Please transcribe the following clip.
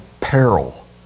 peril